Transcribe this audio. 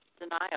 denial